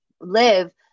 live